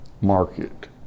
market